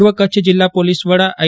પૂર્વ કચ્છ જીલ્લા પોલીસ વડા આઇ